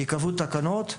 ייקבעו תקנות,